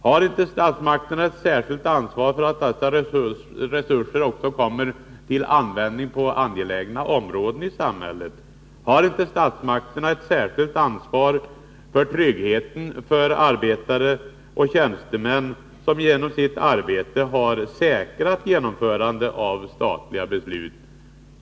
Har inte statsmakterna ett särskilt ansvar för att dessa resurser också kommer till användning på angelägna områden i samhället? Har inte statsmakterna ett särskilt ansvar för tryggheten för arbetare och tjänstemän som genom sitt arbete har säkrat genomförandet av statliga beslut?